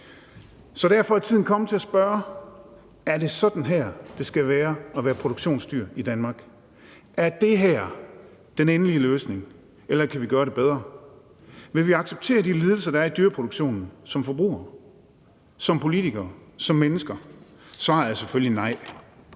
Derfor er tiden kommet til at spørge: Er det sådan her, det skal være at være produktionsdyr i Danmark? Er det her den endelige løsning, eller kan vi gøre det bedre? Vil vi acceptere de lidelser, der er i dyreproduktionen, som forbrugere, som politikere, som mennesker? Svaret er selvfølgelig nej.